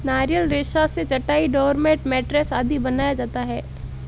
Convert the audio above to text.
नारियल रेशा से चटाई, डोरमेट, मैटरेस आदि बनाया जाता है